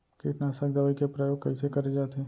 कीटनाशक दवई के प्रयोग कइसे करे जाथे?